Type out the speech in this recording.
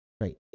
Right